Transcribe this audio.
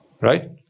right